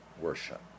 worship